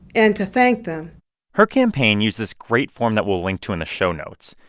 and to thank them her campaign used this great form that we'll link to in the show notes.